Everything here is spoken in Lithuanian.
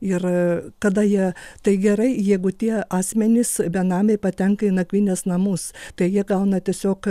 ir kada jie tai gerai jeigu tie asmenys benamiai patenka į nakvynės namus tai jie gauna tiesiog